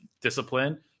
discipline